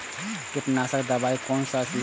कीट नाशक दवाई कोन सा लेब?